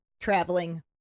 traveling